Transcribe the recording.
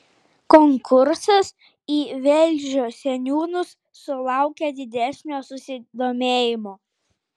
konkursas į velžio seniūnus sulaukė didesnio susidomėjimo